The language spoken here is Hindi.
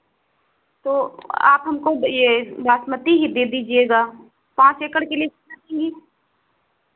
तो आप हमको ये बासमती ही दे दीजिएगा पाँच एकड़ के लिए कितना चाहिए